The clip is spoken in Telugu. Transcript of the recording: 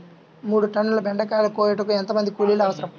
మూడు టన్నుల బెండకాయలు కోయుటకు ఎంత మంది కూలీలు అవసరం?